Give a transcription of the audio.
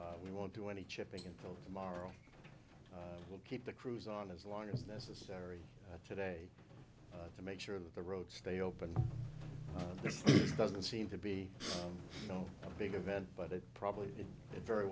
d we won't do any chipping until tomorrow we'll keep the crews on as long as necessary today to make sure that the road stay open doesn't seem to be a big event but it probably did it very